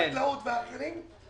חקלאות לדוגמה וגם אחרים,